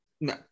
No